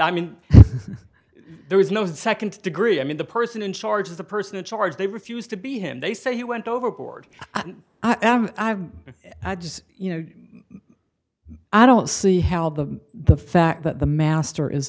die mean there is no nd degree i mean the person in charge is the person in charge they refuse to be him they say he went overboard i am i just you know i don't see held the the fact that the master is